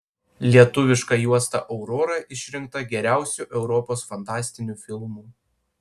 lietuviška juosta aurora išrinkta geriausiu europos fantastiniu filmu